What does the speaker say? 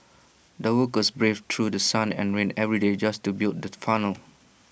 the workers braved through sun and rain every day just to build the tunnel